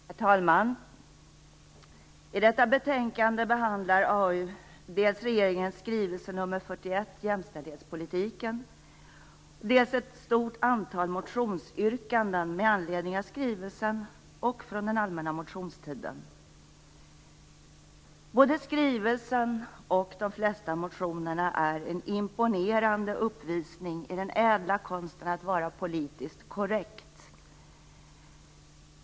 Herr talman! I detta betänkande behandlar arbetsmarknadsutskottet dels regeringens skrivelse nr 41, Både skrivelsen och de flesta motionerna är en imponerande uppvisning i den ädla konsten att vara politiskt korrekt.